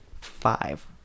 five